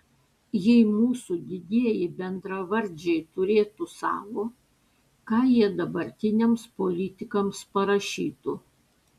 jei mūsų didieji bendravardžiai turėtų savo ką jie dabartiniams politikams parašytų